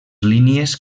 línies